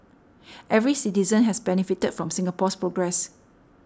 every citizen has benefited from Singapore's progress